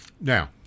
now